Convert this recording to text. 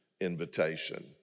invitation